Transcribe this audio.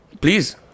please